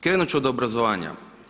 Krenuti ću od obrazovanja.